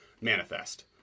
manifest